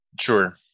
sure